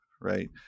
right